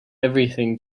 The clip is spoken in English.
everything